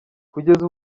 kugeza